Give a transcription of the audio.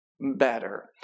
better